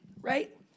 right